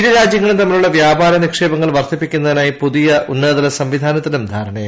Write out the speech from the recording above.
ഇരുരാജ്യങ്ങളും തമ്മിലുള്ള വ്യാപാര നിക്ഷേപങ്ങൾ വർദ്ധിപ്പിക്കുന്നതിനായി പുതിയ ഉന്നതതല സംവിധാനത്തിനും ധാരണയായി